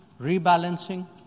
rebalancing